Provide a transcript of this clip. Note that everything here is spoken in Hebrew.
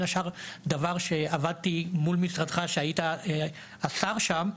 השאר דבר שעבדתי מול משרדך שהיית השר שם,